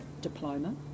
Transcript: diploma